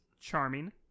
charming